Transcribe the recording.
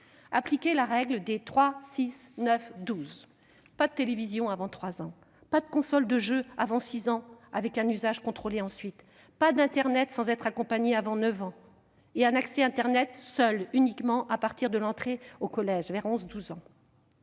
appliquer la règle dite « des 3-6-9-12 »: pas de télévision avant 3 ans ; pas de console de jeux avant 6 ans, et avec un usage contrôlé ensuite ; pas d'internet sans être accompagné avant 9 ans ; et un accès internet seul, uniquement à partir de l'entrée au collège, vers 11 ans